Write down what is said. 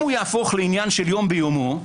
אם יהפוך לעניין של יום ביומו,